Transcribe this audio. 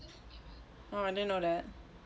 oh I didn't know that